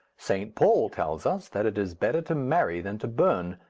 st. paul tells us that it is better to marry than to burn,